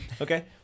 Okay